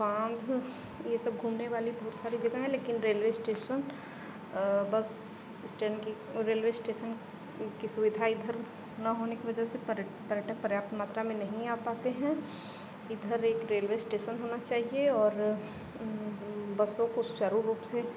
बांध ये सब घूमने वाली बहुत सारी जगह हैं लेकिन रेल्वे स्टेशन बस स्टेंड की रेल्वे स्टेशन की सुविधा इधर न होने की वजह से पर्यटक पर्याप्त मात्रा में नहीं आ पाते हैं इधर एक रेल्वे स्टेशन होना चाहिए और बसों को सुचारु रूप से